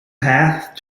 path